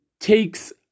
takes